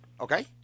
Okay